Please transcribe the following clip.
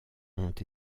ont